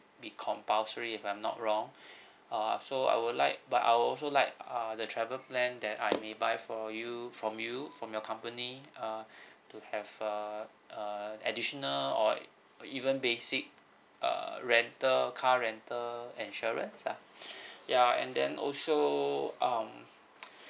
be compulsory if I'm not wrong err so I would like but I would also like err the travel plan that I may buy for you from you from your company uh to have uh uh additional or even basic uh rental car rental insurance ah ya and then also um